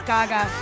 Gaga